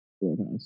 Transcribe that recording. Roadhouse